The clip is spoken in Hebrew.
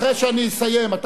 אחרי שהוא יסיים.